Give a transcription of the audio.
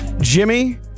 Jimmy